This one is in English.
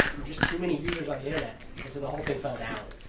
were just too many users on the internet and so the whole thing fell down.